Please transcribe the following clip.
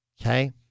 Okay